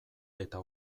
eta